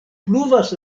pluvas